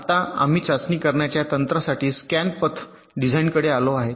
आता आम्ही चाचणी करण्याच्या तंत्रासाठी स्कॅन पथ डिझाइनकडे आलो आहोत